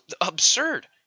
Absurd